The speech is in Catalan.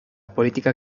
política